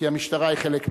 כי המשטרה היא חלק מהעם.